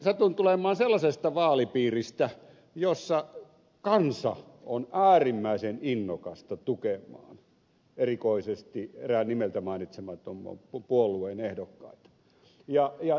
satun tulemaan sellaisesta vaalipiiristä jossa kansa on äärimmäisen innokasta tukemaan erikoisesti erään nimeltä mainitsemattoman puolueen ehdokkaita